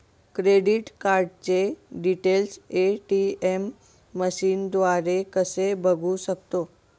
Credit कार्डचे details ATM मशीनद्वारे कसे बघू शकतो?